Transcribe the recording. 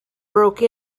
broke